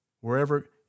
Wherever